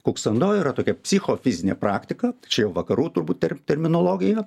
kuksando yra tokia psichofizinė praktika tai čia jau vakarų turbūt tar terminologiją